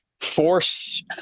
force